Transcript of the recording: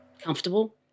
comfortable